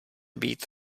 být